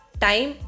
time